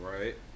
Right